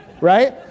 right